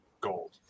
gold